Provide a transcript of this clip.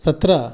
तत्र